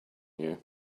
you